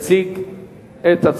כולל קולו של דוד רותם,